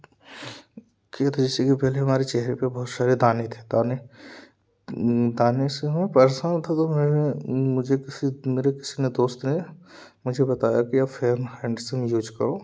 किये थे इसके पहले हमारे चेहरे पर बहुत सारे दाने थे दाने दाने से हम परेशान था तो मैंने मुझे किसी मेरे किसी दोस्त ने मुझे बताया की फेयर एंड हैण्डसम यूज़ करो